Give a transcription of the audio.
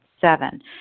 Seven